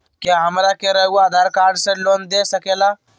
क्या हमरा के रहुआ आधार कार्ड से लोन दे सकेला?